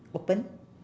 open